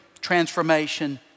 transformation